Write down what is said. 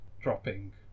dropping